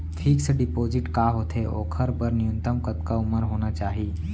Fix deposit का होथे ओखर बर न्यूनतम कतका उमर होना चाहि?